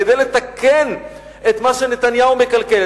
כדי לתקן את מה שנתניהו מקלקל,